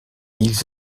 ils